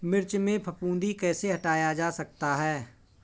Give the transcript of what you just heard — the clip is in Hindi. मिर्च में फफूंदी कैसे हटाया जा सकता है?